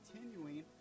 continuing